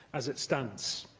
as it stands.